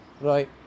Right